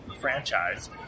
franchise